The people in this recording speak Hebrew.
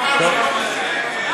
זה לא נכון, הוא אמר שהוא לא מסכים.